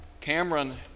Cameron